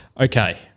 Okay